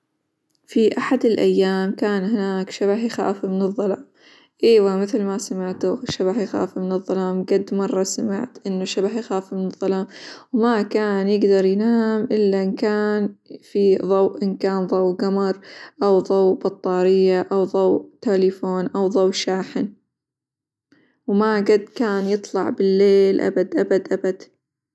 في أحد الأيام كان هناك شبح يخاف من الظلام، أيوا مثل ما سمعتوا شبح يخاف من الظلام، قد مرة سمعت إنه شبح يخاف من الظلام، وما كان يقدر ينام إلا إن كان في ظوء، إن كان ظوء قمر، أو ظوء بطارية، أو ظوء تليفون، أو ظوء شاحن، وما قد كان يطلع بالليل أبد أبد أبد.